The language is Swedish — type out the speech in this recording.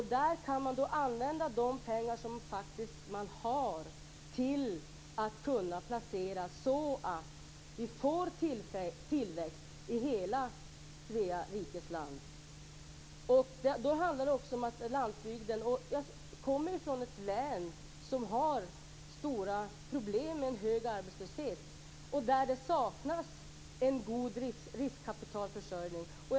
Då kan de placera de pengar som de faktiskt har på ett sådant sätt att vi får tillväxt i hela Svea rikes land. Då handlar det också om landsbygden. Jag kommer ju från ett län som har stora problem med en hög arbetslöshet och där det saknas en god riskkapitalförsörjning.